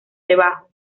debajo